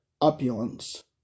opulence